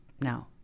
no